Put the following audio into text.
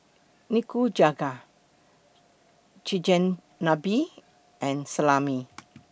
Nikujaga Chigenabe and Salami